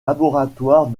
laboratoire